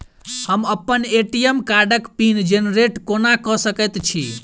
हम अप्पन ए.टी.एम कार्डक पिन जेनरेट कोना कऽ सकैत छी?